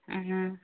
ꯎꯝ